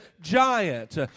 giant